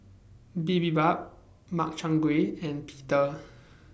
Bibimbap Makchang Gui and Pita